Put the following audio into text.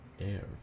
air